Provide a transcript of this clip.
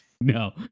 No